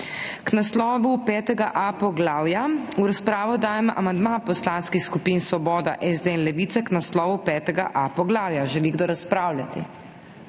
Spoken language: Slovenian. K naslovu 5.a poglavja v razpravo dajem amandma poslanskih skupin Svoboda, SD in Levica k naslovu 5.a poglavja. Želi kdo razpravljati?